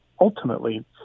ultimately